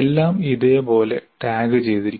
എല്ലാം ഇതേപോലെ ടാഗുചെയ്തിരിക്കുന്നു